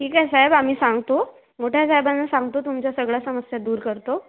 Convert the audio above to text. ठीक आहे साहेब आम्ही सांगतो मोठ्या साहेबांना सांगतो तुमच्या सगळ्या समस्या दूर करतो